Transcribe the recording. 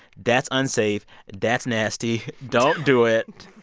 that's unsafe that's nasty don't do it.